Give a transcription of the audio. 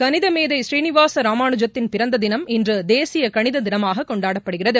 கணித மேதை சீளிவாச ராமாலுஐத்தின் பிறந்த தினம் இன்று தேசிய கணித தினமாக கொண்டாடப்படுகிறது